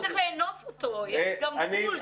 אתה לא צריך לאנוס אותו, יש גם גבול.